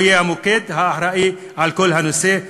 שהוא יהיה המוקד האחראי לכל הנושא,